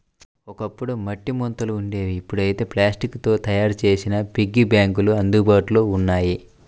ఒకప్పుడు మట్టి ముంతలు ఉండేవి ఇప్పుడైతే ప్లాస్టిక్ తో తయ్యారు చేసిన పిగ్గీ బ్యాంకులు అందుబాటులో ఉన్నాయి